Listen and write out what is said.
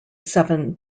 seven